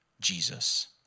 Jesus